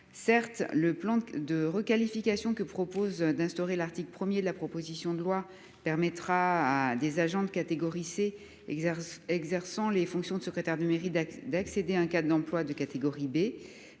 Certes, le plan de requalification que propose d'instaurer l'article 1er de la proposition de loi permettra. Des agents de catégorie C exerce exerçant les fonctions de secrétaire de mairie d'actes d'accéder un cas d'emploi de catégorie B,